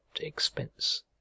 expense